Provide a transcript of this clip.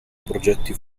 progetti